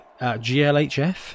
GLHF